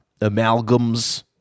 amalgams